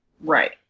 Right